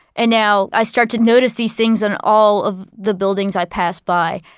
and now i start to notice these things on all of the buildings i pass by'.